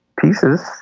pieces